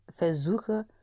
versuche